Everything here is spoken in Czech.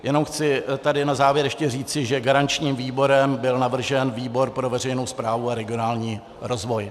Jenom chci na závěr ještě říci, že garančním výborem byl navržen výbor pro veřejnou správu a regionální rozvoj.